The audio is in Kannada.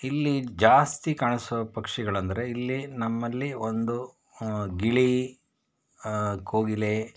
ಇಲ್ಲಿ ಜಾಸ್ತಿ ಕಾಣಿಸುವ ಪಕ್ಷಿಗಳಂದರೆ ಇಲ್ಲಿ ನಮ್ಮಲ್ಲಿ ಒಂದು ಗಿಳಿ ಕೋಗಿಲೆ